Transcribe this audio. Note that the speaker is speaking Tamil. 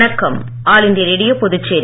வணக்கம் ஆல் இண்டியா ரேடியோபுதுச்சேரி